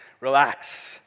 Relax